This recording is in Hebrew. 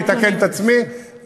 אני אתקן את עצמי.